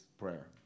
Prayer